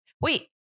Wait